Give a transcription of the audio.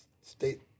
State